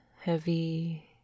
heavy